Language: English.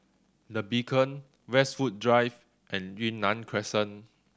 The Beacon Westwood Drive and Yunnan Crescent